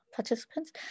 participants